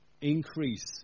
increase